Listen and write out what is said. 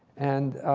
and